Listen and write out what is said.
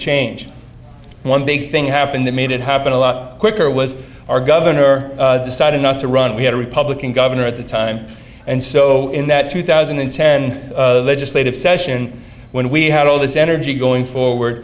change one big thing happened that made it happen a lot quicker was our governor decided not to run we had a republican governor at the time and so in that two thousand and ten legislative session when we had all this energy going forward